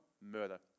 Murder